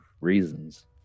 reasons